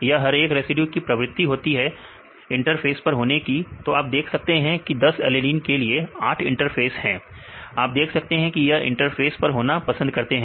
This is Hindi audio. यह हर एक रेसिड्यू की प्रवृत्ति होती है इंटर फेस पर होने की तो आप देख सकते हैं की 10 एलेनिन के लिए 8 इंटरफ़ेस पर हैं आप देख सकते हैं कि यह इंटरफेस पर होना पसंद करते हैं